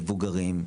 מבוגרים,